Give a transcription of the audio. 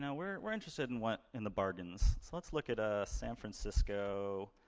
know, we're we're interested in, what, in the bargains, so let's look at, ah, san francisco,